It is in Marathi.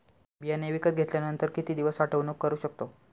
बियाणे विकत घेतल्यानंतर किती दिवस साठवणूक करू शकतो?